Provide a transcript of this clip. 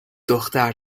دختر